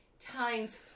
times